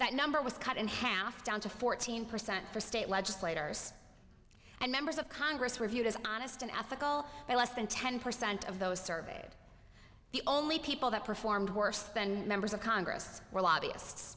that number was cut in half down to fourteen percent for state legislators and members of congress who are viewed as honest and ethical and less than ten percent of those surveyed the only people that performed worse than members of congress were lobbyists